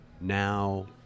now